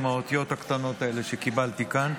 עם האותיות הקטנות האלה שקיבלתי כאן.